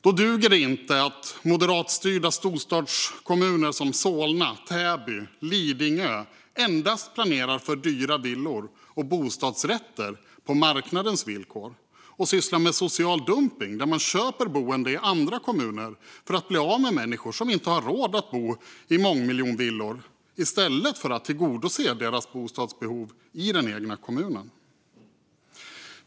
Då duger det inte att moderatstyrda storstadskommuner som Solna, Täby och Lidingö planerar endast för dyra villor och bostadsrätter på marknadens villkor och sysslar med social dumpning, där man köper boenden i andra kommuner för att bli av med människor som inte har råd att bo i mångmiljonvillor, i stället för att tillgodose deras bostadsbehov i den egna kommunen.